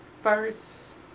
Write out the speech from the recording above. first